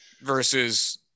versus